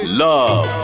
love